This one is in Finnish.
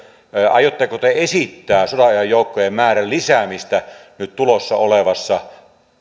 aiotteko te esittää sodanajan joukkojen määrän lisäämistä nyt tulossa olevassa